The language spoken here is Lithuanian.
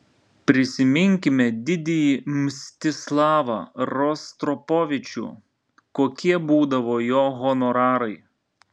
prisiminkime didįjį mstislavą rostropovičių kokie būdavo jo honorarai